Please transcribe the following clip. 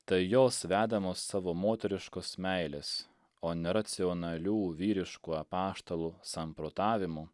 tai jos vedamos savo moteriškos meilės o neracionalių vyriškų apaštalų samprotavimų